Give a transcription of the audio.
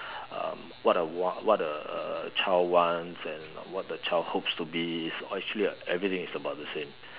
um what a what a what uh a child wants and what the child hopes to be actually everything is about the same